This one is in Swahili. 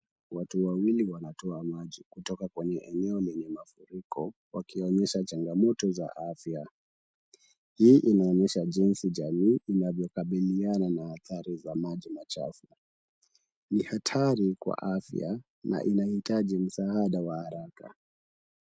Watu wawili wanatoa maji kutoka kwenye eneo lenye mafuriko wakionyesha changamoto za afya. Hii inaonyesha jinsi jamii inavyokabiliana na athari za maji machafu. Ni hatari kwa afya na inahitaji msaada wa haraka.